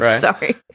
sorry